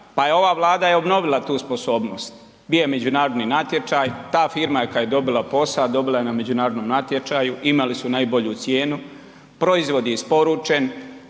pa je ova Vlada obnovila tu sposobnost. Bio je međunarodni natječaj, ta firma koja je dobila posao dobila je na međunarodnom natječaju, imali su najbolju cijenu, proizvod je isporučen.